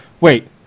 wait